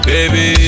Baby